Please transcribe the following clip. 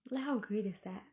like how great is that